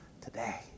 today